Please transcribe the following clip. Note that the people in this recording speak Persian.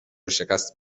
شکست